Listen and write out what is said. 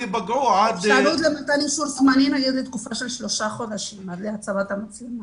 אפשרות למתן תקופה של שלושה חודשים עד להצבת המצלמה.